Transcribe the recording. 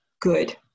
good